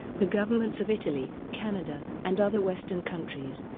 the governments of italy, canada, and other western countries,